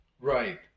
right